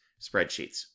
spreadsheets